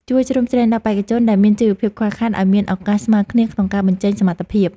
ជួយជ្រោមជ្រែងដល់បេក្ខជនដែលមានជីវភាពខ្វះខាតឱ្យមានឱកាសស្មើគ្នាក្នុងការបញ្ចេញសមត្ថភាព។